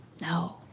No